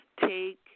take